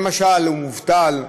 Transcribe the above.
למשל הוא מובטל,